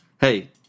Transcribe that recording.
Hey